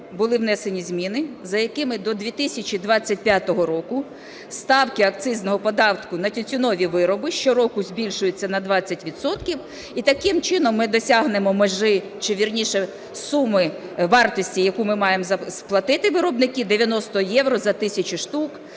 були внесені зміни, за якими до 2025 року ставки акцизного податку на тютюнові вироби щороку збільшуються на 20 відсотків і таким чином ми досягнемо межі чи, вірніше, суми вартості, яку ми маємо сплатити виробники 90 євро за тисячу штук.